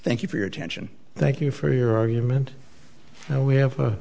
thank you for your attention thank you for your argument we have